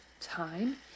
time